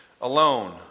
alone